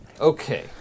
Okay